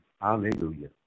hallelujah